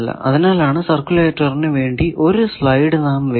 അതിനാലാണ് സർക്കുലേറ്ററിനു വേണ്ടി ഒരു സ്ലൈഡ് നാം വയ്ക്കുന്നത്